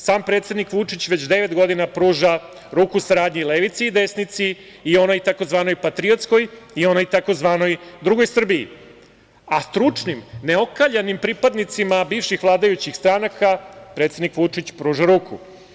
Sam predsednik Vučić već devet godina pruža ruku saradnje levici i desnici, i onoj tzv. patriotskoj i onoj tzv. drugoj Srbiji, a stručnim, neokaljanim pripadnicima bivših vladajućih stranaka, predsednik pruža ruku.